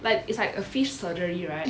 but it's like a fish surgery right 切掉